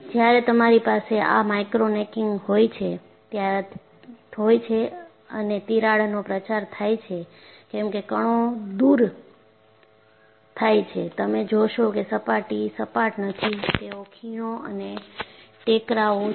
જ્યારે તમારી પાસે આ માઇક્રો નેકિંગ હોય છે અને તિરાડનો પ્રચાર થાય છે કેમકે કણો દૂર થાય છે તમે જોશો કે સપાટી સપાટ નથી તેમાં ખીણો અને ટેકરાઓ છે